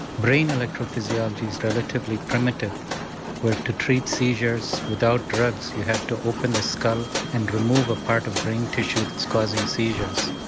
brain electrophysiology's relatively primitive where to treat seizures without drugs you have to open the skull and remove a part of brain tissues that's causing seizures.